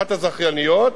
אחת הזכייניות,